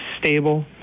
stable